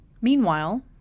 Meanwhile